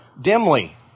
dimly